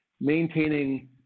maintaining